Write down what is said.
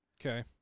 Okay